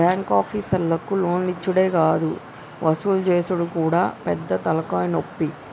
బాంకాపీసర్లకు లోన్లిచ్చుడే గాదు వసూలు జేసుడు గూడా పెద్ద తల్కాయనొప్పి